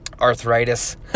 arthritis